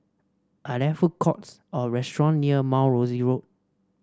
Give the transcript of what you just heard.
are there food courts or restaurant near Mount Rosie Road